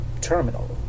terminal